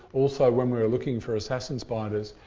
also when we were looking for assassin spiders.